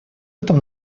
этом